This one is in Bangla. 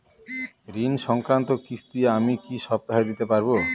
ঋণ সংক্রান্ত কিস্তি আমি কি সপ্তাহে দিতে পারবো?